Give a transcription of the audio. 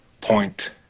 point